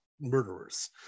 murderers